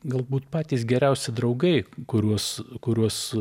galbūt patys geriausi draugai kuriuos kuriuos